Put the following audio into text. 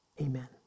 amen